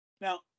Now